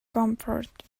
comfort